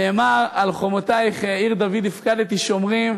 נאמר: על חומותייך עיר דוד הפקדתי שומרים.